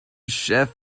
chef